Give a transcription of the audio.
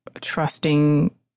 trusting